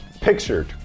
pictured